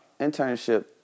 internship